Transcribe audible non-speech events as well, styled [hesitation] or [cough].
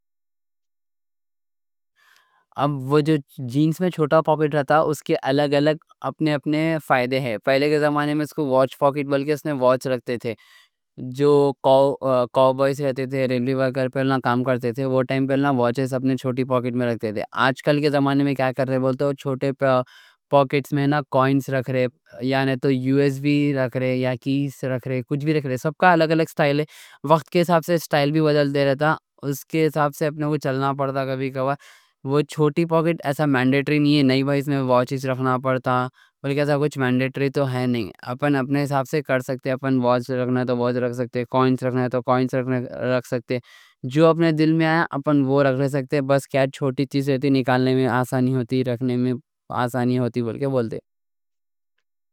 اب وہ جو جینز میں چھوٹا پاکٹ رہتا، اس کے الگ الگ اپنے اپنے فائدے ہیں۔ پہلے کے زمانے میں اس کو واچ پاکٹ بولتے، بلکہ اس میں واچ رکھتے تھے۔ جو [hesitation] کاؤ بوائز رہتے تھے، ریلوے ورکر پہلے کام کرتے تھے، وہ ٹائم پہ واچ اپنی چھوٹی پاکٹ میں رکھتے تھے۔ آج کل کے زمانے میں کیا کر رہے بولتے، وہ چھوٹے پاکٹ میں کوئنز رکھ رہے، یعنی تو یو ایس بی رکھ رہے یا کیز رکھ رہے، کچھ بھی رکھ رہے۔ سب کا الگ الگ اسٹائل ہے۔ وقت کے حساب سے اسٹائل بھی بدلتے رہتا، اس کے حساب سے اپن کو چلنا پڑتا۔ کبھی کبھار وہ چھوٹی پاکٹ ایسا مینڈیٹری نہیں ہے۔ نہیں بھائی، اس میں واچ رکھنا پڑتا بلکہ ایسا کچھ مینڈیٹری تو ہے نہیں۔ اپن ایسا سب کر سکتے، اپن واچ رکھنا ہے تو واچ رکھ سکتے، کوئنز رکھنا ہے تو کوئنز رکھ سکتے۔ جو اپن دل میں آیا، اپن وہ رکھ سکتے۔ بس چھوٹی چیز رکھنے میں آسانی ہوتی، رکھنے میں آسانی ہوتی بولکے بولتے۔